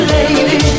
Lady